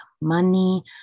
money